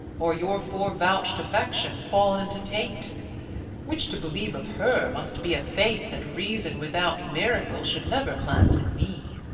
or your fore-vouch'd affection fall'n into taint which to believe of her must be a faith that reason without miracle should never plant in me.